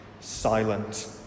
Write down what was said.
silent